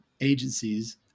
agencies